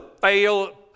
fail